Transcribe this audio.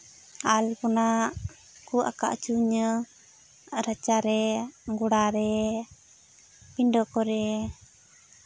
ᱟᱞᱯᱚᱱᱟ ᱠᱚ ᱟᱸᱠᱟᱣ ᱦᱚᱪᱚᱧᱟᱹ ᱨᱟᱪᱟᱨᱮ ᱜᱚᱲᱟ ᱨᱮ ᱯᱤᱰᱟᱹ ᱠᱚᱨᱮ